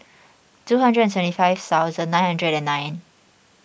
two hundred and seventy five thousand nine hundred and nine